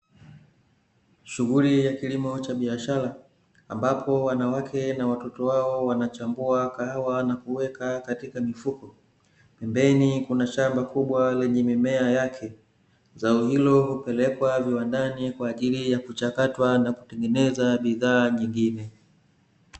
Shughuli ya kilimo cha biashara, ambapo wanawake na watoto wao wanachambua kahawa na kuweka katika mifuko. Pembeni kuna shamba kubwa lenye mimea yake. Zao hilo hupelekwa viwandani kwa ajili ya kuchakatwa na kutengeneza bidhaa nyingine.